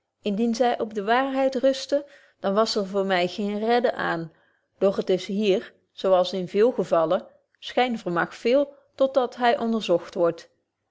indien zy op de waarheid rustte dan was er voor my geen redden aan doch het is hier zo als in veel gevallen schyn vermag veel tot dat hy onderzogt word